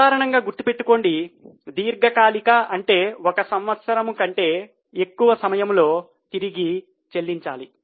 సాధారణంగా గుర్తుపెట్టుకోండి దీర్ఘకాలిక అంటే ఒక సంవత్సరం కంటే ఎక్కువ సమయం లో తిరిగి చెల్లించాలి